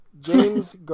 James